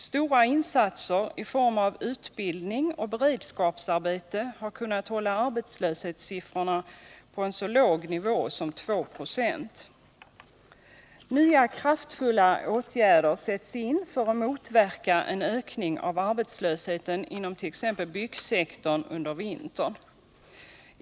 Stora insatser i form av utbildning och beredskapsarbete har kunnat hålla arbetslöshetssiffrorna på en så låg nivå som 2 96. Nya, kraftfulla åtgärder sätts in för att under vintern motverka en ökning av arbetslösheten inom t.ex. byggsektorn.